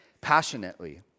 passionately